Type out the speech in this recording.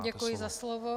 Děkuji za slovo.